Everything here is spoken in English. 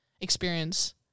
experience